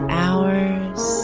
hours